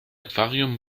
aquarium